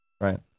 Right